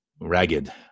ragged